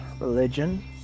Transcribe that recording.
religion